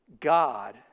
God